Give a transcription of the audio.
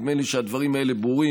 נדמה לי שהדברים האלה ברורים.